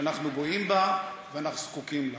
שאנחנו גאים בה ואנחנו זקוקים לה.